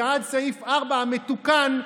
ובעד סעיף 4 המתוקן,